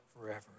forever